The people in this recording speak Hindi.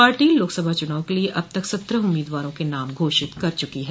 पार्टी लोकसभा चुनाव के लिये अब तक सत्रह उम्मीदवारों के नाम घोषित कर चूकी है